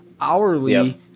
hourly